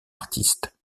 artiste